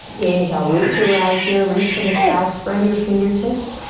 inhale, root to rise here, reach for the sky spread your fingertips,